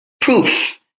proof